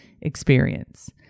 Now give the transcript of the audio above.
experience